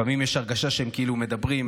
לפעמים יש הרגשה שהם כאילו מדברים,